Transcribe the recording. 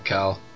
Cal